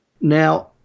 Now